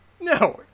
No